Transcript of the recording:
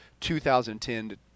2010